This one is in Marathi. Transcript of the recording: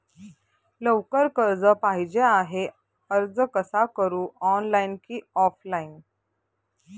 लवकर कर्ज पाहिजे आहे अर्ज कसा करु ऑनलाइन कि ऑफलाइन?